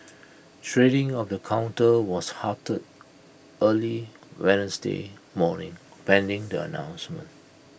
trading of the counter was halted early Wednesday morning pending the announcement